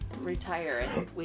retire